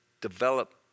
develop